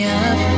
up